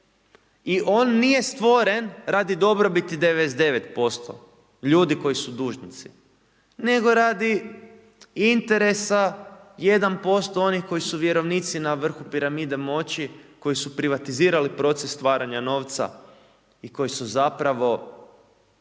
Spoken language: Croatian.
i on nije stvoren radi dobrobiti 99% ljudi koji su dužnici nego radi interesa 1% onih koji su vjerovnici na vrhu piramide moći, koji su privatizirali proces stvaranja novca i koji su zapravo